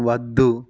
వద్దు